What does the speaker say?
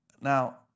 Now